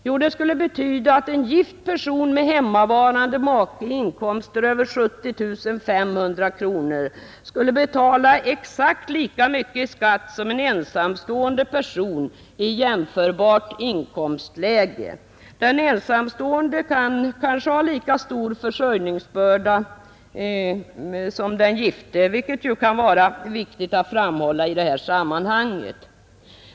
Jo, det skulle betyda att en gift person med hemmavarande make och inkomster över 70 500 kronor skulle betala exakt lika mycket i skatt som en ensamstående person i jämförbart inkomstläge. Den ensamstående har kanske lika stor försörjningsbörda som den gifte, vilket kan vara viktigt att framhålla i det här sammanhanget.